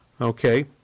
okay